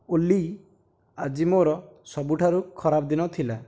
ଓଲି ଆଜି ମୋର ସବୁଠାରୁ ଖରାପ ଦିନ ଥିଲା